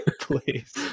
please